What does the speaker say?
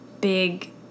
big